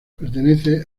pertenece